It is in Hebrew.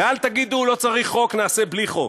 ואל תגידו: לא צריך חוק, נעשה בלי חוק.